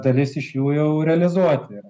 dalis iš jų jau realizuoti yra